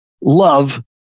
love